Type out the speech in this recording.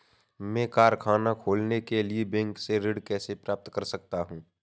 मैं कारखाना खोलने के लिए बैंक से ऋण कैसे प्राप्त कर सकता हूँ?